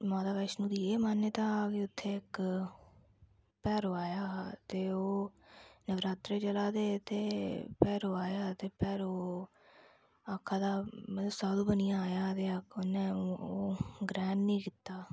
माता वैष्णो दी एह् मान्यता भाई उत्थै एक्क भैरो आया हा ते ओह् नवरात्रे चला दे हे ते ओह् भैरो आया ते भैरो आक्खा दा मतलब साधू बनियै आया उन्नै ओह् ग्रहण नी कीता